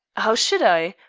how should i?